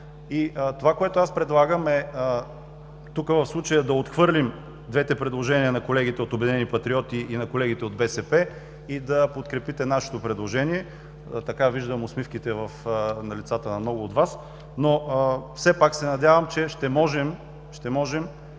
Това, което предлагам в случая, е да отхвърлим двете предложения на колегите от „Обединени патриоти“ и на колегите от БСП, и да подкрепите нашето предложение. Виждам усмивките на лицата на много от Вас, но все пак се надявам, че ще можем